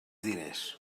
diners